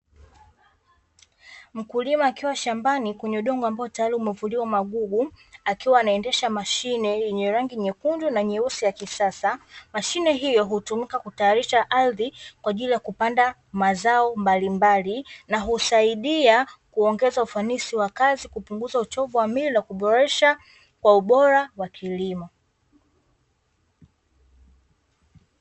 Mkulima akiwa shambani kwenye udongo ambao tayari umevuliwa magugu, akiwa anaendesha mshine yenye rangi nyekundu na nyeusi ya kisasa. Mashine hiyo hutumika kutayarisha ardhi kwa ajili ya kupanda mazao mbalimbali, na husaidia kuongeza ufanisi wa kazi, kupunguza uchovu wa mwili, na kuboresha ubora wa kilimo.